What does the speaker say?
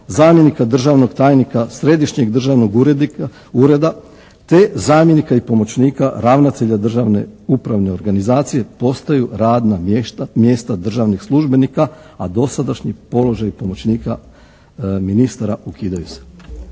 zamjenika državnog tajnika Središnjeg državnog ureda, te zamjenika i pomoćnika ravnatelja Državne upravne organizacije postaju radna mjesta državnih službenika, a dosadašnji položaji pomoćnika ministara ukidaju se.